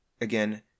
Again